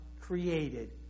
created